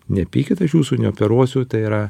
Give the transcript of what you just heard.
nepykit aš jūsų neoperuosiu tai yra